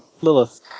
Lilith